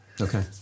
okay